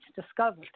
discovered